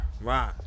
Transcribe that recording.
Right